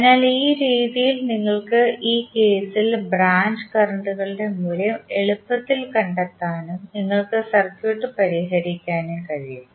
അതിനാൽ ഈ രീതിയിൽ നിങ്ങൾക്ക് ഈ കേസിൽ ബ്രാഞ്ച് കറണ്ട്കളുടെ മൂല്യം എളുപ്പത്തിൽ കണ്ടെത്താനും നിങ്ങൾക്ക് സർക്യൂട്ട് പരിഹരിക്കാനും കഴിയും